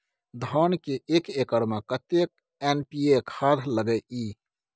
धान के एक एकर में कतेक एन.पी.ए खाद लगे इ?